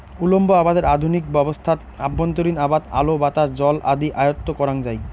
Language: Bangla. উল্লম্ব আবাদের আধুনিক ব্যবস্থাত অভ্যন্তরীণ আবাদ আলো, বাতাস, জল আদি আয়ত্ব করাং যাই